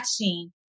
watching